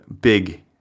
big